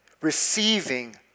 receiving